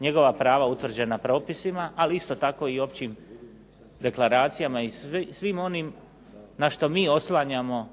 njegova prava utvrđena propisima, ali isto tako i općim deklaracijama i svim onim na što mi oslanjamo